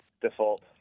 Default